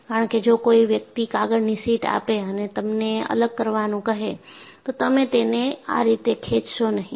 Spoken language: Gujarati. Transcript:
કારણ કે જો કોઈ વ્યક્તિ કાગળની શીટ આપે અને તમને અલગ કરવાનું કહે તો તમે તેને આ રીતે ખેંચશો નહીં